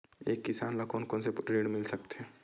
एक किसान ल कोन कोन से ऋण मिल सकथे?